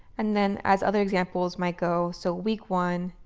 and then as other examples might go, so week one,